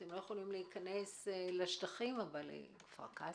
אתם לא יכולים להיכנס לשטחים, אבל לכפר קאסם?